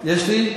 יש לי?